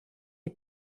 est